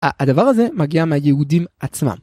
הדבר הזה מגיע מהיהודים עצמם.